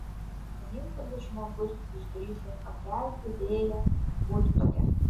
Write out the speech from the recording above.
vienintelis žmogus išdrįsęs pakelti vėją vudstoke